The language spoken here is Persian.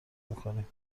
میکنیم